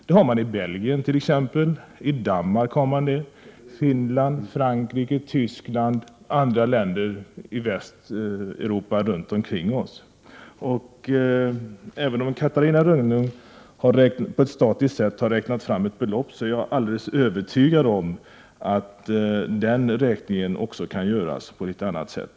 Det har man t.ex. i Belgien, Danmark, Finland, Frankrike, Tyskland och andra länder runt omkring oss i Västeuropa. Även om Catarina Rönnung har räknat fram ett belopp på ett statiskt sätt, är jag helt övertygad om att den uträkningen också kan göras på ett annat sätt.